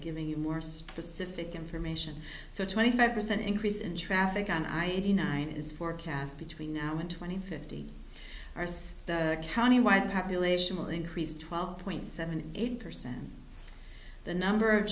giving you more specific information so twenty five percent increase in traffic on i eighty nine is forecast between now and twenty fifty or so countywide population will increase twelve point seven eight percent the number of